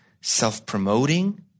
self-promoting